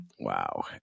Wow